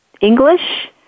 English